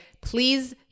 please